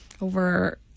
over